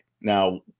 Now